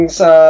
sa